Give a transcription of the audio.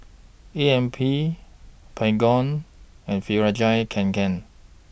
A M P Baygon and Fjallraven Kanken